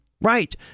right